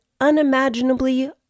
unimaginably